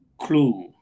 clue